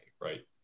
right